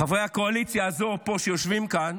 חברי הקואליציה הזאת פה, שיושבים כאן,